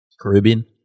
Caribbean